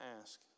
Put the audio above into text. ask